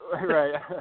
Right